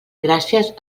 gràcies